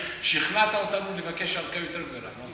שכנעת אותנו לבקש ארכה יותר גדולה.